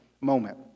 moment